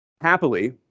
Happily